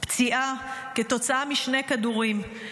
פציעה כתוצאה משני כדורים,